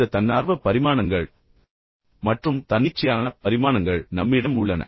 இந்த தன்னார்வ பரிமாணங்கள் மற்றும் தன்னிச்சையான பரிமாணங்கள் நம்மிடம் உள்ளன